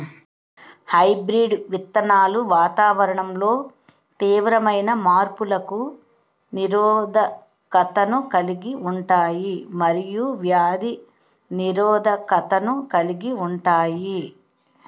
hybrid విత్తనాలు వాతావరణంలో తీవ్రమైన మార్పులకు నిరోధకతను కలిగి ఉంటాయి మరియు వ్యాధి నిరోధకతను కలిగి ఉంటాయి